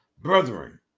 Brethren